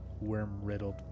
worm-riddled